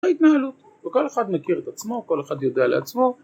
ההתנהלות, וכל אחד מכיר את עצמו, כל אחד יודע לעצמו